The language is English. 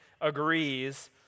agrees